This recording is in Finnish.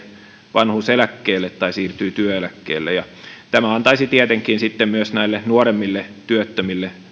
vanhuuseläkkeelle tai siirtyy työeläkkeelle ja tämä antaisi tietenkin sitten myös näille nuoremmille työttömille